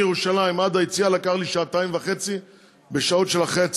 מירושלים עד היציאה לקח לי שעתיים וחצי בשעות של אחרי הצהריים.